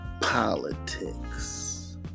politics